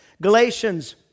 Galatians